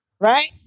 right